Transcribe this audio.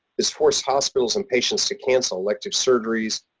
this forced hospitals and patients to cancel elective surgeries,